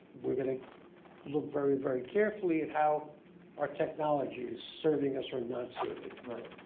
we're getting look very, very carefully at how our technology is serving us or not serving. right,